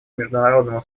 международному